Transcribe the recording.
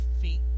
feet